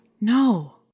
No